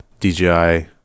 DJI